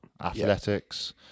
athletics